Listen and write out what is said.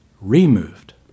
removed